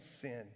sin